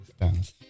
distance